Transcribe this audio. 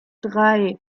drei